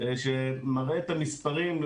שמראה את המספרים,